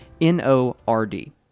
N-O-R-D